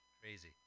Crazy